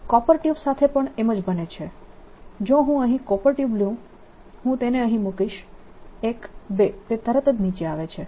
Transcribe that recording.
copper tube સાથે પણ એમ જ બને છે જો હું અહીં કોપર ટ્યુબ લઉં હું તેને અહીં મૂકીશ 1 2 તે તરત જ નીચે આવે છે